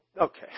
okay